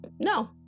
No